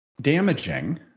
damaging